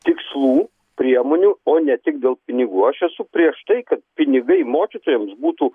tikslų priemonių o ne tik dėl pinigų aš esu prieš tai kad pinigai mokytojams būtų